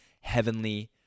heavenly